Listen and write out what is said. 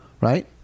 Right